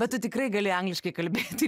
bet tu tikrai gali angliškai kalbėti